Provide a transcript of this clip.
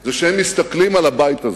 זה שהם מסתכלים על הבית הזה.